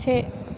से